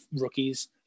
rookies